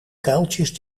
kuiltjes